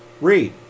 Read